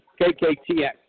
KKTX